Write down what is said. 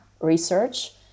research